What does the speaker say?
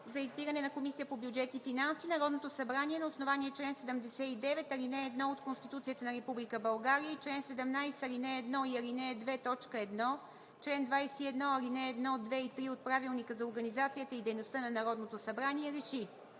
за избиране на Комисия по бюджет и финанси Народното събрание на основание чл. 79, ал. 1 от Конституцията на Република България и чл. 17, ал. 1 и ал. 2, т. 1, чл. 21, ал. 1, 2 и 3 от Правилника за организацията и дейността на Народното събрание РЕШИ: